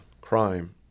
crime